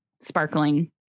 sparkling